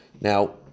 Now